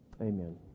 Amen